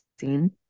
seen